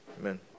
Amen